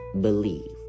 believe